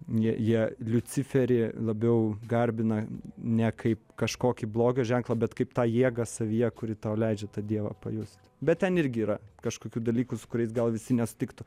jie jie liuciferį labiau garbina ne kaip kažkokį blogio ženklą bet kaip tą jėgą savyje kuri tau leidžia tą dievą pajust bet ten irgi yra kažkokių dalykų su kuriais gal visi nesutiktų